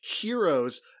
heroes